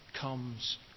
comes